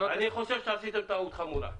אני ושוב שעשיתם טעות חמורה.